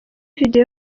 video